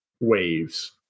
waves